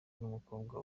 n’umukobwa